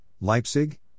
Leipzig